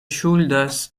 ŝuldas